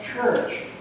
Church